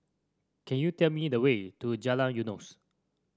can you tell me the way to Jalan Eunos